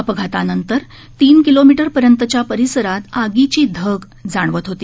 अपघातानंतर तीन किलोमीटरपर्यंतच्या परिसरात आगीची धग जाणवत होती